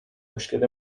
مشکل